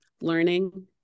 learning